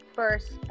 First